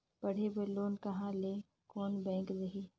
पढ़े बर लोन कहा ली? कोन बैंक देही?